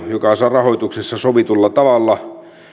joka saa rahoituksensa sovitulla tavalla